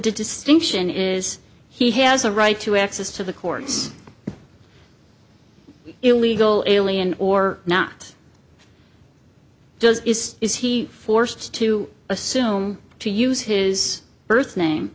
distinction is he has a right to access to the courts illegal alien or not does is he forced to assume to use his birth name